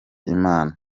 imana